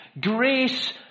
grace